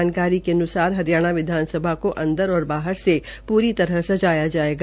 जानकारी के अन्सार हरियाणा विधानसभा को अंदर और बाहर से पूरी तरह सजाया जायेगा